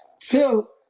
till